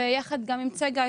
יחד עם צגה,